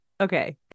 Okay